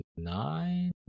nine